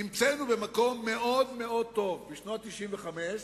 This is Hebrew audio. נמצאנו במקום מאוד מאוד טוב, בשנת 1995,